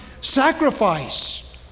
Sacrifice